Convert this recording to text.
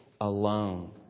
alone